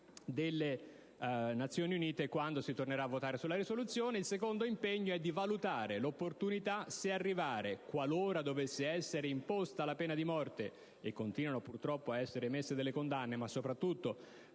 delle Nazioni Unite quando si tornerà a votare sulla risoluzione. Quanto al secondo, l'impegno è a valutare l'opportunità se arrivare, qualora dovesse essere imposta la pena di morte (e continuano, purtroppo, ad essere emesse delle condanne), ma soprattutto